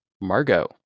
margot